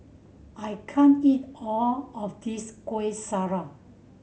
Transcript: I can't eat all of this Kueh Syara